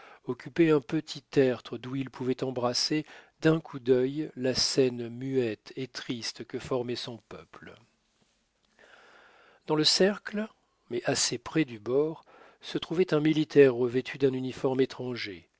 occupait un petit tertre d'où il pouvait embrasser d'un coup d'œil la scène muette et triste que formait son peuple dans le cercle mais assez près du bord se trouvait un militaire revêtu d'un uniforme étranger